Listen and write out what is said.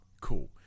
cool